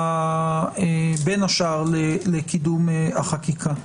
בין השאר לקידום החקיקה.